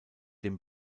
dem